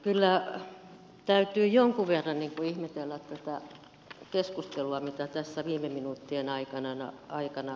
kyllä täytyy jonkun verran ihmetellä tätä keskustelua mitä tässä viime minuuttien aikana on ollut